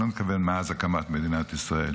אני לא מתכוון מאז הקמת מדינת ישראל,